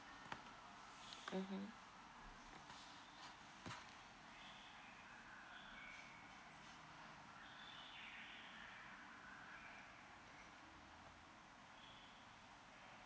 mmhmm